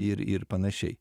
ir ir panašiai